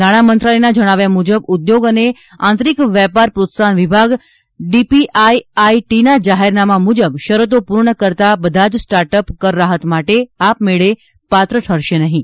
નાણાં મંત્રાલયના જણાવ્યા મુજબ ઉદ્યોગ અને આંતરિક વેપાર પ્રોત્સાહન વિભાગ ડીપીઆઈઆઈટીના જાહેરનામા મુજબ શરતો પૂર્ણ કરતા બધા જ સ્ટાર્ટઅપ કરરાહત માટે આપમેળે પાત્ર ઠરશે નહીં